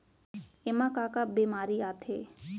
एमा का का बेमारी आथे?